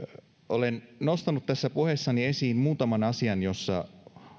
olen nostanut tässä puheessani esiin muutaman asian jossa